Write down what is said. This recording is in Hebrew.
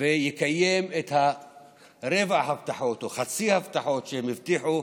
ויקיים רבע מההבטחות או חצי מההבטחות שהם הבטיחו,